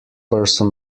person